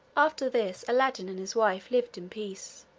after this aladdin and his wife lived in peace.